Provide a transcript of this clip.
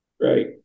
Right